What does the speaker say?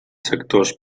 sectors